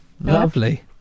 Lovely